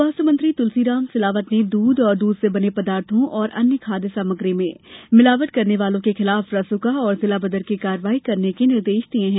स्वास्थ्य मंत्री तुलसीराम सिलावट ने दूध और दूध से बने पदार्थो और अन्य खाद्य सामग्री में मिलावट करने वालों के खिलाफ रासुका और जिला बदर की कार्यवाही करने के निर्देश दिये हैं